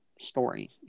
story